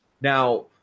Now